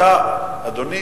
אדוני